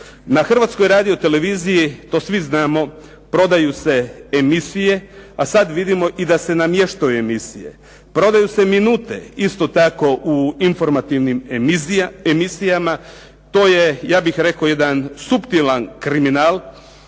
na Hrvatskoj radioteleviziji, to svi znamo, prodaju se emisije, a sad vidimo i da se namještaju emisije. Prodaju se minute isto tako u informativnim emisijama. To je, ja bih rekao, jedan suptilan kriminal,